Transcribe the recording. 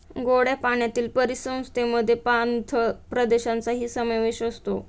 गोड्या पाण्यातील परिसंस्थेमध्ये पाणथळ प्रदेशांचाही समावेश असतो